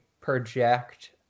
project